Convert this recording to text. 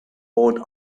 rode